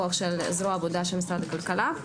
וזרוע העבודה של משרד הכלכלה.